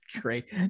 great